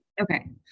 okay